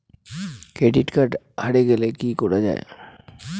Credit card হারে গেলে কি করা য়ায়?